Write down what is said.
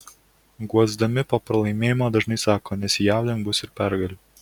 guosdami po pralaimėjimo dažnai sako nesijaudink bus ir pergalių